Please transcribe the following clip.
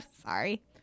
sorry